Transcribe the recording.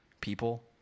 people